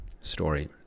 story